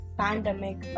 pandemic